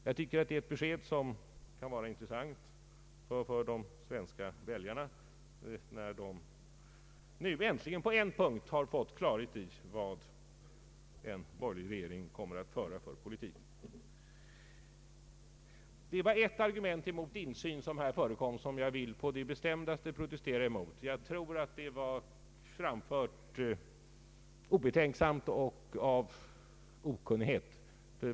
Jag tycker att detta kan vara ett intressant besked för de svenska väljarna, när de nu äntligen på en punkt har fått klarhet i vad en borgerlig regering kommer att föra för politik. Det var ett argument mot insyn som här framfördes och som jag på det bestämdaste vill protestera emot. Jag tror att det framfördes mera av obetänksamhet och okunnighet.